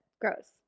Gross